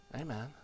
amen